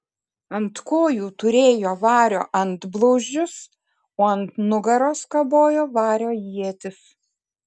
ant kojų turėjo vario antblauzdžius o ant nugaros kabojo vario ietis